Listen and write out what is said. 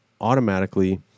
automatically